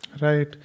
Right